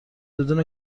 بدون